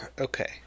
Okay